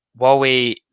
Huawei